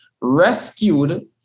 rescued